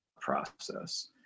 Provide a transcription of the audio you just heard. process